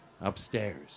upstairs